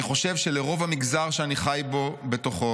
"אני חושב שלרוב המגזר שאני חי בתוכו,